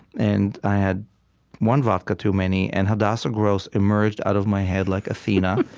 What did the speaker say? and i had one vodka too many, and hadassah gross emerged out of my head like athena,